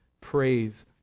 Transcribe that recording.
praise